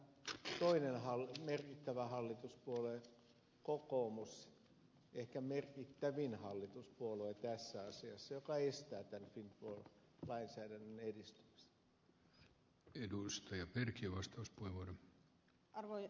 onko se sitten tämä toinen merkittävä hallituspuolue kokoomus ehkä merkittävin hallituspuolue tässä asiassa joka estää tämän windfall lainsäädännön edistymisen